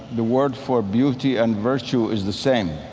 the word for beauty and virtue is the same,